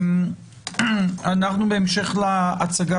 אנחנו, בהמשך להצגה